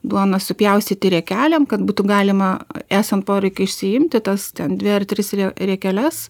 duoną supjaustyti riekelėm kad būtų galima esant poreikiui išsiimti tas ten dvi ar tris rie riekeles